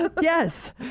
Yes